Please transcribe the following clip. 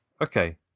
Okay